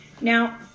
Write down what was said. Now